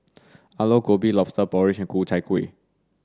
Aloo Gobi Lobster Porridge Ku Chai Kueh